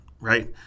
Right